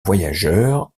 voyageurs